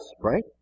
Right